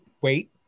Wait